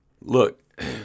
look